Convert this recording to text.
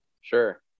Sure